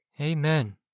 Amen